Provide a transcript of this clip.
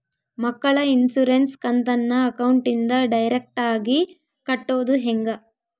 ಮಕ್ಕಳ ಇನ್ಸುರೆನ್ಸ್ ಕಂತನ್ನ ಅಕೌಂಟಿಂದ ಡೈರೆಕ್ಟಾಗಿ ಕಟ್ಟೋದು ಹೆಂಗ?